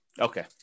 Okay